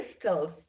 Crystals